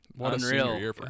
unreal